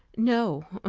no,